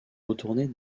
retourner